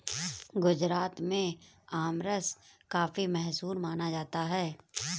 गुजरात में आमरस काफी मशहूर माना जाता है